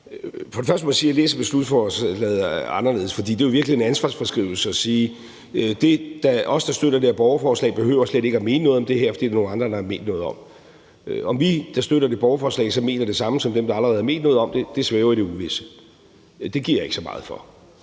For det første må jeg sige, at jeg læser beslutningsforslaget anderledes, fordi det jo i virkeligheden er ansvarsfraskrivelse at sige, at os, der støtter det her borgerforslag, slet ikke behøver at mene noget om det her, for det er der nogle andre der har ment noget om. Om dem, der støtter det borgerforslag, så mener det samme som dem, der allerede har ment noget om det, svæver i det uvisse. Det giver jeg ikke så meget for.